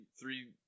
three